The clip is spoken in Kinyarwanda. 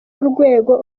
urwego